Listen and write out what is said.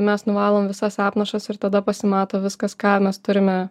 mes nuvalom visas apnašas ir tada pasimato viskas ką mes turime